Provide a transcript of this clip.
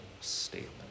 statement